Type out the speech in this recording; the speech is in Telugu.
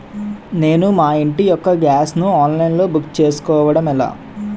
నేను మా ఇంటి యెక్క గ్యాస్ ను ఆన్లైన్ లో బుక్ చేసుకోవడం ఎలా?